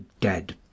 Dead